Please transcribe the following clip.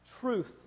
Truth